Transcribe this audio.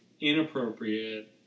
inappropriate